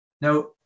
Now